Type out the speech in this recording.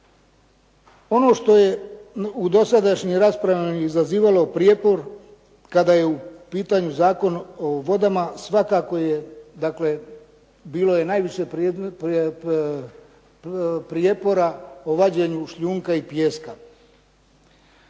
Ono što je u dosadašnjim raspravama izazivalo prijepor kada je u pitanju Zakon o vodama svakako je dakle bilo je najviše prijepora o vađenju šljunka i pijeska.